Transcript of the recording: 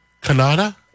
canada